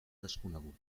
desconegut